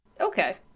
Okay